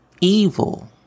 evil